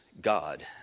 God